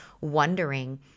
wondering